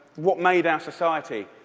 what made our society.